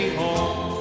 home